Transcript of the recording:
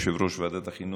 יושב-ראש ועדת החינוך,